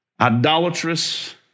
idolatrous